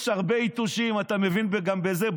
יש הרבה יתושים, אתה מבין גם בזה.